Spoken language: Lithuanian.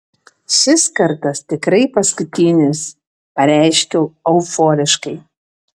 šis kartas tikrai paskutinis pareiškiau euforiškai